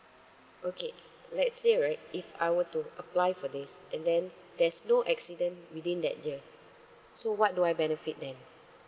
okay let's say right if I were to apply for this and then there's no accident within that year so what do I benefit then